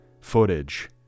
footage